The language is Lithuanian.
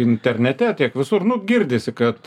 internete tiek visur nu girdisi kad